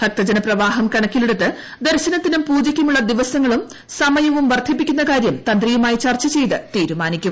ഭക്തജന പ്രവാഹം കണക്കിലെടുത്ത് ദർശനത്തിനും പൂജയ്ക്കുമുള്ള ദിവസങ്ങളും സമയവും വർദ്ധിപ്പിക്കുന്നകാര്യം തന്ത്രിയുമായി ചർച്ചെയ്ത് തീരുമാനിക്കും